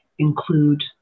include